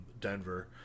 denver